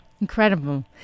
Incredible